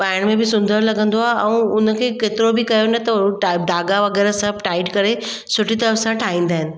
पाइण में बि सुंदर लॻंदो आहे ऐं हुनखे केतिरो बि कयो न त उहो टा धाॻा वग़ैरह सभु टाइट करे सुठी तरह सां ठाहींदा आहिनि